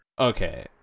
okay